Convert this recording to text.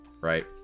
Right